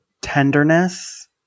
tenderness